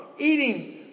eating